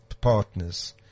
partners